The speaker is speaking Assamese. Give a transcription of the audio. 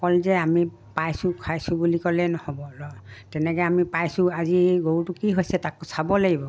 অকল যে আমি পাইছোঁ খুৱাইছোঁ বুলি ক'লে নহ'ব ৰ' তেনেকৈ আমি পাইছোঁ আজি গৰুটো কি হৈছে তাকো চাব লাগিব